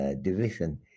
division